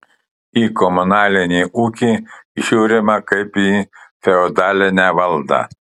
į komunalinį ūkį žiūrima kaip į feodalinę valdą